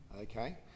Okay